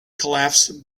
collapsed